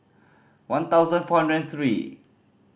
one thousand four hundred and three